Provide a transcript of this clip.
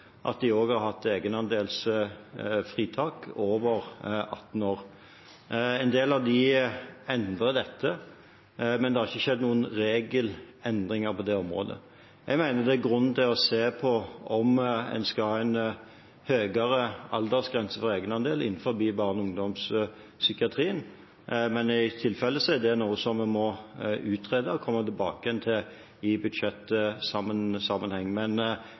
over 18 år. En del av dem har endret dette, men det har ikke skjedd noen regelendringer på dette området. Jeg mener det er grunn til å se på om en skal ha en høyere aldersgrense for egenandel innenfor barne- og ungdomspsykiatrien, men i tilfelle er det noe som vi må utrede og komme tilbake til i budsjettsammenheng. Men